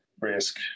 risk